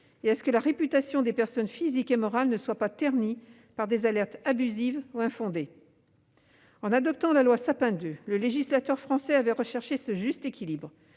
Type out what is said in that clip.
et à ce que la réputation des personnes physiques et morales ne soit pas ternie par des alertes abusives ou infondées. En adoptant la loi Sapin II, le législateur français avait recherché ce juste équilibre.